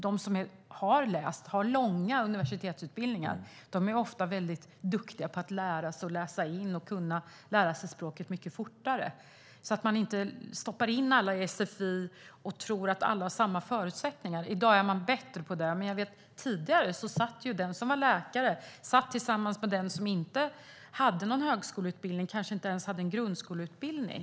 De som har långa universitetsutbildningar är ofta väldigt duktiga på att lära sig språk fortare. Man ska inte placera alla i sfi och tro att alla har samma förutsättningar. I dag är man bättre på det, men tidigare läste den som var läkare tillsammans med den som inte hade högskoleutbildning, kanske inte ens grundskoleutbildning.